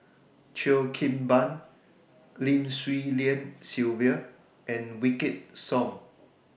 Cheo Kim Ban Lim Swee Lian Sylvia and Wykidd Song